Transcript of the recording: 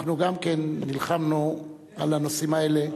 גם כן נלחמנו על הנושאים האלה,